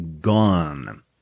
gone